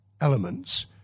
elements